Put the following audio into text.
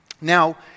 now